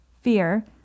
Fear